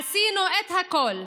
עשינו את הכול,